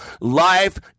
Life